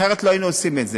אחרת לא היינו עושים את זה.